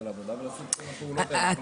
מהעבודה ולעשות את כל הפעולות האלה.